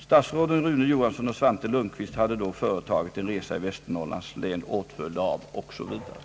Statsråden Rune Johansson och Svante Lundkvist hade då företagit en resa i Västernorrlands län, åtföljda» Oo. s. Vv.